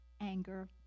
Anger